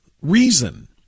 reason